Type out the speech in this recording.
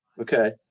Okay